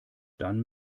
dann